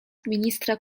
ministra